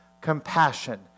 compassion